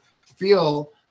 feel